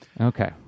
Okay